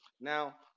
Now